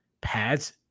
pads